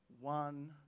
one